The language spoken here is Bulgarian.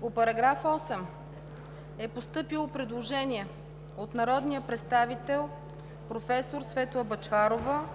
По § 8 е постъпило предложение от народния представител проф. Светла Бъчварова